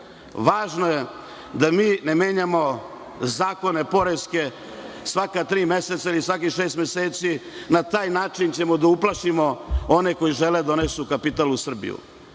Važno je da mi ne menjamo poreske zakone svaka tri meseca ili svakih šest meseci. Na taj način ćemo uplašiti one koji žele da donesu kapital u Srbiju.